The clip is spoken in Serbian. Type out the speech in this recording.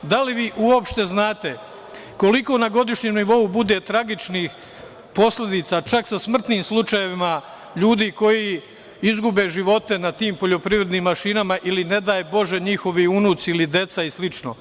Da li vi uopšte znate koliko na godišnjem nivou bude tragičnih posledica, čak sa smrtnim slučajevima ljudi koji izgube živote na tim poljoprivrednim mašinama ili ne daj bože njihovi unuci ili deca i slično?